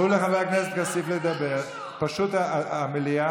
ורק סותמים את הפה פה לנשים.